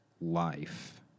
life